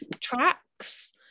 tracks